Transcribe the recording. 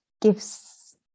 gives